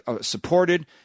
supported